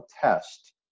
test